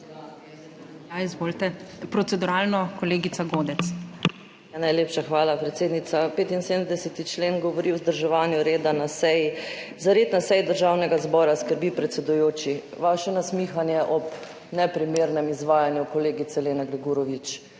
Izvolite. Proceduralno, kolegica Godec. JELKA GODEC (PS SDS): Najlepša hvala, predsednica. 75. člen govori o vzdrževanju reda na seji. Za red na seji Državnega zbora skrbi predsedujoči. Vaše nasmihanje ob neprimernem izvajanju kolegice Lene Grgurevič